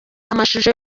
amashusho